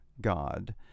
God